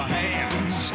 hands